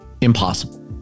impossible